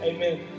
Amen